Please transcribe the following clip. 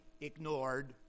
ignored